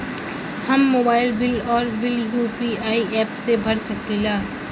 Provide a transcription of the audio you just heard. हम mobile bill और bill UPI app से भर सकिला